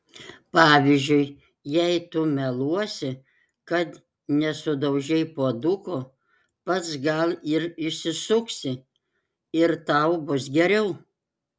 pavyzdžiui jei tu meluosi kad nesudaužei puoduko pats gal ir išsisuksi ir tau bus geriau